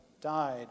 died